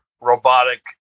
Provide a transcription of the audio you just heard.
robotic